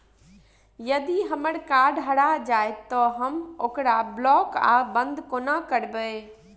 यदि हम्मर कार्ड हरा जाइत तऽ हम ओकरा ब्लॉक वा बंद कोना करेबै?